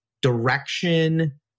direction